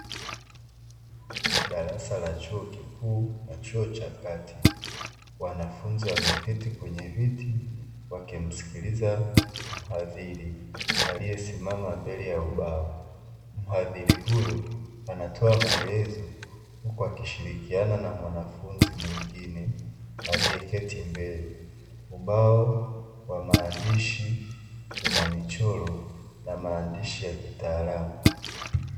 Darasa la chuo kikuu la chuo cha kati, wanafunzi wameketi kwenye viti wakimsikiliza waziri aliesimama mbele ya ubao, waziri huyo anatoa maelezo huku akishilikiana na mwanafunzi mwingine alieketi mbele, ubao wa maandishi una michoro na maandishi ya kitaalam.